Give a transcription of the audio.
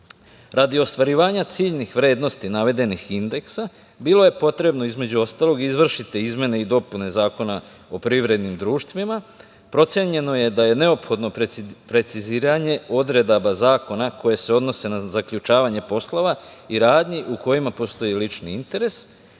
ostvarivanja ciljnih vrednosti navedenih indeksa bilo je potrebno između ostalog izvršiti izmene i dopune Zakona o privrednim društvima, procenjeno je da je neophodno preciziranje odredbama zakona koje se odnose na zaključavanje poslova i radnji u kojima postoji lični interes.